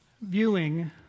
viewing